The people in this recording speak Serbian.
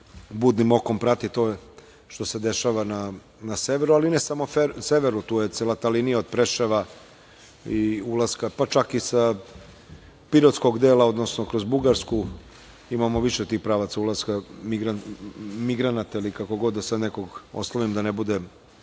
budnim okom prati to što se dešava na severu, ali ne samo na severu, tu je cela ta linija od Preševa i ulaska, pa čak i sa pirotskog dela, odnosno kroz Bugarsku. Imamo više tih pravaca ulaska migranata ili kako god, da sada nekoga oslovim, da ne bude